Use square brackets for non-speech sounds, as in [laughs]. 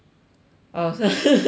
orh [laughs]